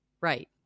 Right